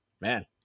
Man